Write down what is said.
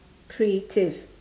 creative